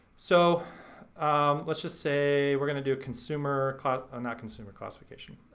so let's just say we're gonna do a consumer, not consumer classification.